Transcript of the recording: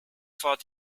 vor